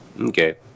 Okay